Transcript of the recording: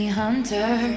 hunter